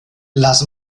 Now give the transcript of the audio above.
las